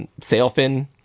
sailfin